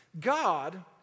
God